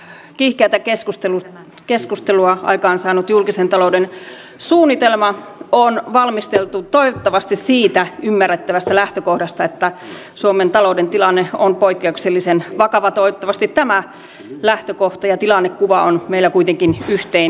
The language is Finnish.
tämä kiihkeätä keskustelua aikaansaanut julkisen talouden suunnitelma on valmisteltu siitä ymmärrettävästä lähtökohdasta että suomen talouden tilanne on poikkeuksellisen vakava toivottavasti tämä lähtökohta ja tilannekuva on meillä kuitenkin yhteinen